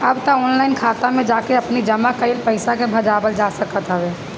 अब तअ ऑनलाइन खाता में जाके आपनी जमा कईल पईसा के भजावल जा सकत हवे